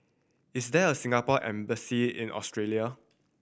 is there a Singapore Embassy in Austria